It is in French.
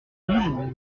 vingt